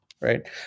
Right